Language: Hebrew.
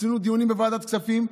עשינו דיונים בוועדת הכספים.